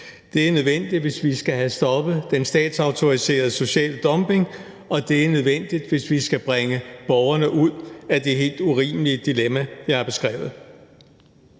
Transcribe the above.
Det er nødvendigt, hvis vi skal have stoppet den statsautoriserede sociale dumping, og det er nødvendigt, hvis vi skal bringe borgerne ud af det helt urimelige dilemma, jeg har beskrevet.